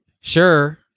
Sure